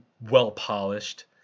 well-polished